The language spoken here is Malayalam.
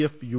F U